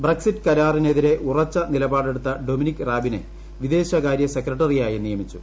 ബ്രക്സിറ്റ്കരാറിനെതിരെ ഉറച്ച നിലപാടെടുത്ത ഡൊമിനിക് റാബിനെ വിദേശകാര്യ സെക്രട്ടറിയായും നിയമിച്ചു